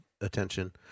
attention